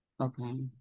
Okay